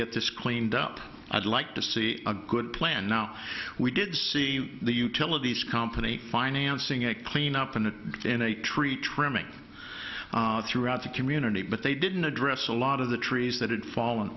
get this cleaned up i'd like to see a good plan now we did see the utility company financing a cleanup in a in a tree trimming throughout the community but they didn't address a lot of the trees that had fallen